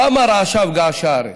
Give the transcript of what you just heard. למה רעשה וגעשה הארץ?